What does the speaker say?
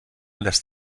lässt